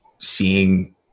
seeing